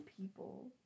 people